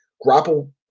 grapple